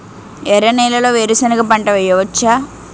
ఎర్ర నేలలో వేరుసెనగ పంట వెయ్యవచ్చా?